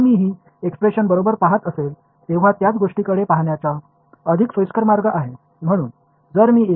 இந்த எக்ஸ்பிரஷனை பார்க்கும் போது இது மிகவும் சரியானது என்றாலும் மிகவும் எளிமையான மற்றொரு வழி உள்ளது என்பது தெரிகின்றது